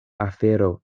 afero